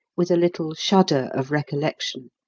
with a little shudder of recollection.